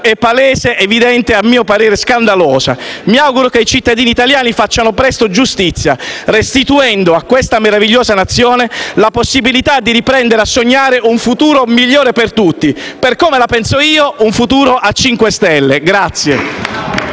è palese, evidente e - a mio parere - scandalosa. Mi auguro che i cittadini italiani facciano presto giustizia, restituendo a questa meravigliosa Nazione la possibilità di riprendere a sognare un futuro migliore per tutti: per come la penso io, un futuro a cinque stelle.